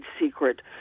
secret